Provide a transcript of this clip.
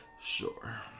Sure